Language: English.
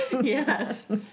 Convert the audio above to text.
Yes